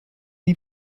nie